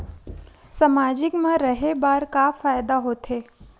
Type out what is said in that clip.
सामाजिक मा रहे बार का फ़ायदा होथे?